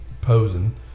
posing